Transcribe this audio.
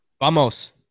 Vamos